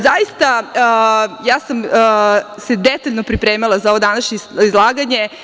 Zaista, ja sam se detaljno pripremala za ovo današnje izlaganje.